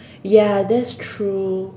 ya that's true